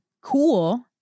cool